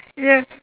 yeah